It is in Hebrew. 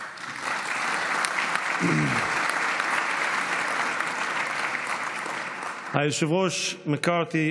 (מחיאות כפיים) היושב-ראש מקארתי,